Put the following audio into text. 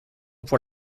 pour